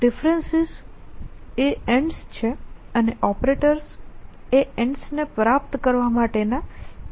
તેથી ડિફરેન્સિસ એ એન્ડ્સ છે અને ઓપરેટર્સ એ એન્ડ્સ ને પ્રાપ્ત કરવા માટે ના મીન્સ છે